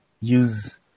use